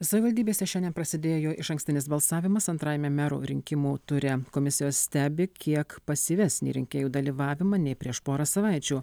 savivaldybėse šiandien prasidėjo išankstinis balsavimas antrajame mero rinkimų ture komisijos stebi kiek pasyvesnį rinkėjų dalyvavimą nei prieš porą savaičių